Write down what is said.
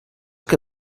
que